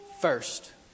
first